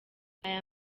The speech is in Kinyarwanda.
aya